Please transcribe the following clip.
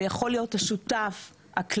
זה יכול להיות השותף הכללי,